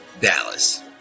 Dallas